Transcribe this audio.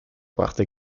brachte